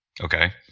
Okay